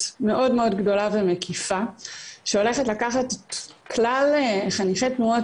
מאוד מאוד גדולה ומקיפה שהולכת לקחת את כלל חניכי תנועות